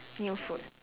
new food